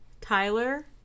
Tyler